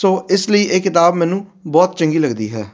ਸੋ ਇਸ ਲਈ ਇਹ ਕਿਤਾਬ ਮੈਨੂੰ ਬਹੁਤ ਚੰਗੀ ਲੱਗਦੀ ਹੈ